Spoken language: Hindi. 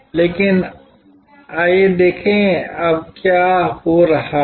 लेकिन आइए देखें कि अब क्या हो रहा है